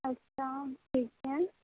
اچھا ٹھیک ہے